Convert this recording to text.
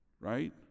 right